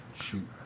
shoot